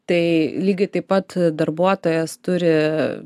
tai lygiai taip pat darbuotojas turi